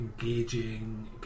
engaging